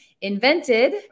invented